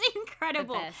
incredible